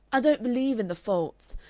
i don't believe in the faults.